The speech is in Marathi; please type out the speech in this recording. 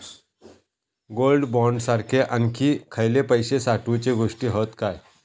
गोल्ड बॉण्ड सारखे आणखी खयले पैशे साठवूचे गोष्टी हत काय?